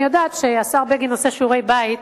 אני יודעת שהשר בגין עושה שיעורי-בית,